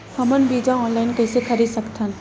हमन बीजा ऑनलाइन कइसे खरीद सकथन?